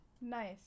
Nice